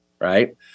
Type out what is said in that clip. right